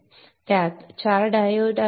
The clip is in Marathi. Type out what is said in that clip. त्यात चार डायोड आहेत